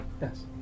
Yes